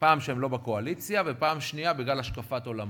שהם לא בקואליציה, ובגלל השקפת עולמם.